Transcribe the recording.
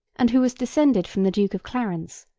and who was descended from the duke of clarence,